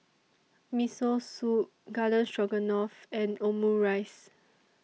Miso Soup Garden Stroganoff and Omurice